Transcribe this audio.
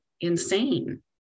insane